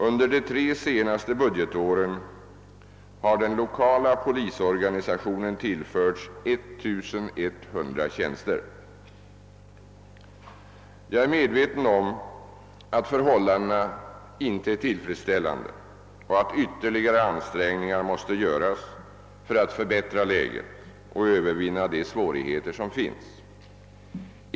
Under de tre senaste budgetåren har den lokala polisorganisationen tillförts 1100 tjänster. Jag är dock medveten om att förhållandena inte är tillfredsställande och att ytterligare ansträngningar måste göras för att förbättra läget och övervinna de svårigheter som finns.